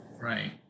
Right